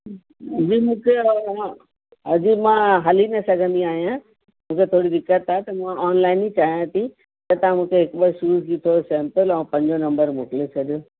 जी मूंखे अजु मां हली न सघंदी आहियां मूंखे थोरी दिक़तु आहे त मां ऑनलाइन ई चाहियां थी त तव्हां मुखे हिकु ॿ शूज़ जी थोरो सैम्प्ल ऐं पंजो नम्बर मोकिले छॾियो